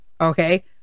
okay